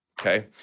Okay